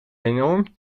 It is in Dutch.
enorm